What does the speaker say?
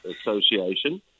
association